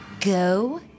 Go